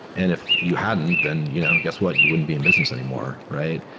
and if you hadn't then, you know guess what, you wouldn't be in business anymore, right?